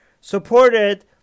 supported